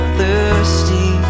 thirsty